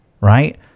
right